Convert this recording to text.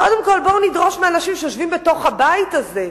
קודם כול בואו נדרוש מהאנשים שיושבים בתוך הבית הזה,